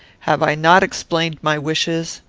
have i not explained my wishes?